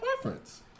preference